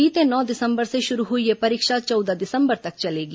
बीते नौ दिसम्बर से शुरू हुई यह परीक्षा चौदह दिसम्बर तक चलेगी